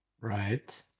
Right